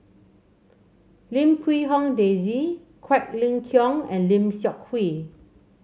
Lim Quee Hong Daisy Quek Ling Kiong and Lim Seok Hui